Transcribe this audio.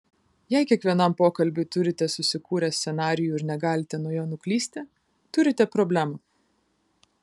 jei kiekvienam pokalbiui turite susikūrę scenarijų ir negalite nuo jo nuklysti turite problemą